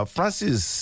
Francis